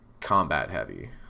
combat-heavy